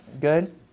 Good